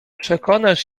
przekonasz